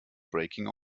braking